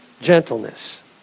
gentleness